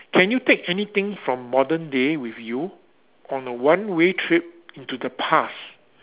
can you take anything from modern day with you on a one way trip into the past